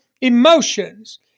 emotions